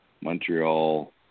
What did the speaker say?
Montreal